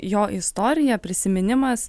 jo istorija prisiminimas